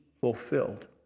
fulfilled